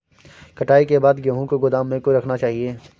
कटाई के बाद गेहूँ को गोदाम में क्यो रखना चाहिए?